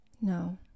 No